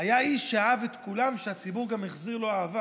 היה איש שאהב את כולם, והציבור החזיר לו אהבה.